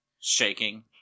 shaking